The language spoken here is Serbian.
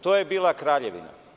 To je bila kraljevina.